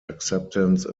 acceptance